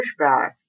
pushback